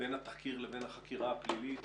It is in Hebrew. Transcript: בין תחקיר לבין החקירה הפלילית